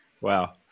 wow